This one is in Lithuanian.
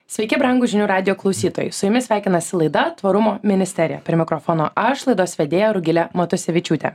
sveiki brangūs žinių radijo klausytojai su jumis sveikinasi laida tvarumo ministerija prie mikrofono aš laidos vedėja rugilė matusevičiūtė